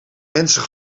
mensen